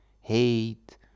hate